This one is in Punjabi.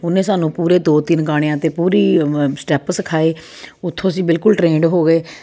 ਉਹਨੇ ਸਾਨੂੰ ਪੂਰੇ ਦੋ ਤਿੰਨ ਗਾਣਿਆਂ 'ਤੇ ਪੂਰੇ ਸਟੈਪ ਸਿਖਾਏ ਉੱਥੋਂ ਅਸੀਂ ਬਿਲਕੁਲ ਟ੍ਰੇਂਡ ਹੋ ਗਏ